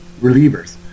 relievers